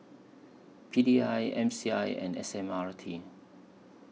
P D I M C I and S M R T